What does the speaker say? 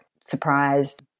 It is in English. surprised